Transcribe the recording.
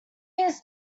his